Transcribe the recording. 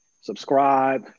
subscribe